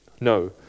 no